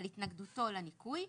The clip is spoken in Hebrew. על התנגדותו לניכוי,